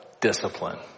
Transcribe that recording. discipline